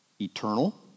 eternal